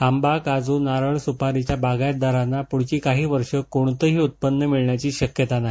आंबा काजू नारळ सुपारीच्या बागायतदारांना पुढची काही वर्षं कोणतंही उत्पन्न मिळण्याची शक्यता नाही